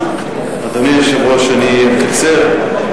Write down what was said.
אדוני היושב-ראש, אני אקצר.